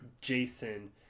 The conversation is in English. Jason